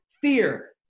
fear